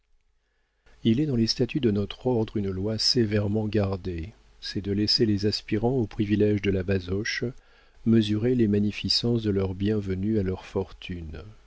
il est dans les statuts de notre ordre une loi sévèrement gardée c'est de laisser les aspirants aux priviléges de la basoche mesurer les magnificences de leur bienvenue à leur fortune